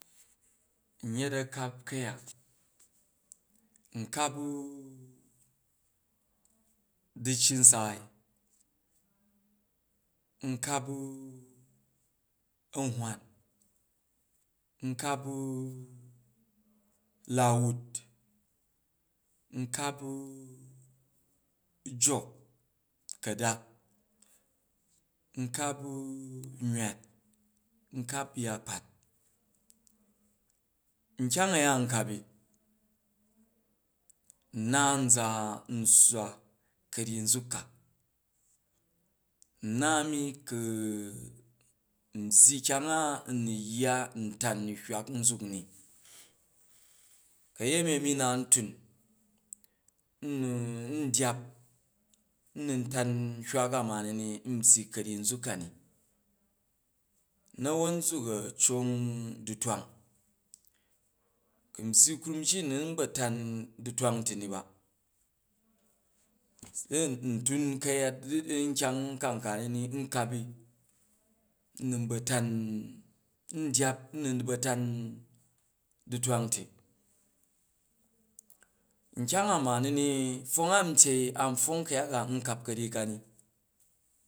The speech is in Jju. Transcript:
N yet a̱kap ku̱yak, n kap u du̱ai nsaai nkap u a̱hwan nkap u la̱wut, nkap u̱ jok kadan nkap u nywat, n kap ya̱kpat nkyang aya nkap i nna nza n swa ka̱ryyi nzuk ka, nna a̱mi ku nbyyi kyang a u nu yya ntan hywak nzuk ni ka̱yemi a̱mi nna ntun, n nu n dyap a mun tan hywak a ma ni n byyi ka̱ryyi nzuk ka̱ni, na̱won nzuk a̱ cong du̱twang ku n byyi krum ji n nun batan du̱twang ti ni ba, sei ntun ka̱yat nkyang ka ka ni ni n kap i n nu ba̱ tan, n dyap n nun ba̱tan du̱twang ti nkyang a ma nini, pfwong ntyei an ptwong ku̱yak a n kap ka̱ryyi ka ni